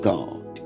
God